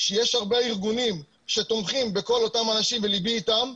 שיש הרבה ארגונים שתומכים בכל אותם אנשים וליבי איתם,